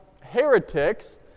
heretics